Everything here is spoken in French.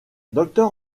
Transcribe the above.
docteur